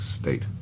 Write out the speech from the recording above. state